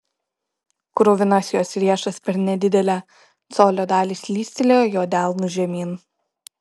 kruvinas jos riešas per nedidelę colio dalį slystelėjo jo delnu žemyn